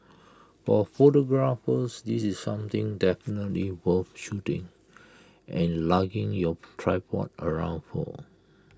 for photographers this is something definitely worth shooting and lugging your tripod around for